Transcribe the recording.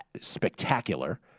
spectacular